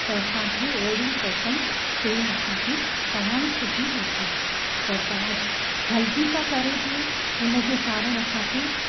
त असांखे अहिड़ी पैटन सेम असांखे तव्हां ई सिबी ॾीजो पर तव्हां जल्दी था करे ॾियो हुन जे कारणि असांखे